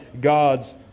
God's